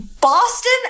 Boston